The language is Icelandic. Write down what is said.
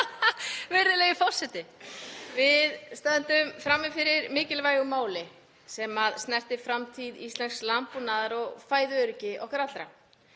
Virðulegi forseti. Við stöndum frammi fyrir mikilvægu máli sem snertir framtíð íslensks landbúnaðar og fæðuöryggi okkar allra.